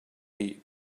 heat